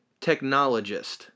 technologist